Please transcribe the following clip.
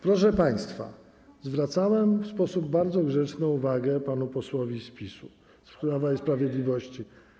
Proszę państwa, zwracałem w sposób bardzo grzeczny uwagę panu posłowi z Prawa i Sprawiedliwości.